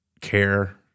care